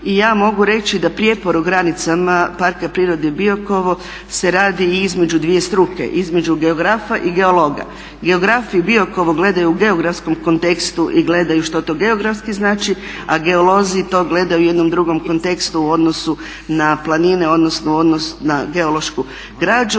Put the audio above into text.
I ja mogu reći da prijepor o granicama Parka prirode Bikovo se radi između dvije struke između geografa i geologa. Geografi Biokovo gledaju u geografskom kontekstu i gledaju što to geografski znači, a geolozi to gledaju u jednom drugom kontekstu u odnosu na planine u odnosu na geološku građu,